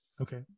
Okay